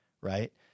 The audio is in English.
Right